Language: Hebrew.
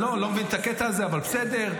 אני לא מבין את הקטע הזה, אבל בסדר.